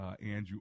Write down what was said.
Andrew